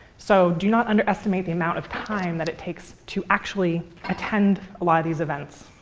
so do not underestimate the amount of time that it takes to actually attend a lot of these events.